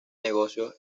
negocio